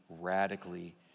radically